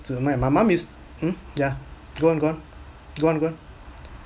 to my my mum is mm yeah go on go on go on go on